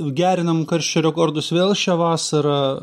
gerinam karščio rekordus vėl šią vasarą